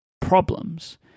problems